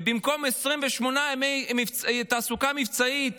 ובמקום 28 ימי תעסוקה מבצעית